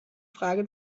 frage